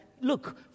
look